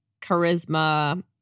charisma